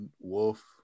wolf